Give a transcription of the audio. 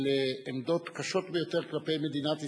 של עמדות קשות ביותר כלפי מדינת ישראל.